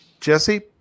Jesse